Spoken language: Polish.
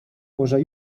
może